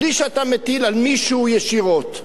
בלי שאתה מטיל על מישהו ישירות.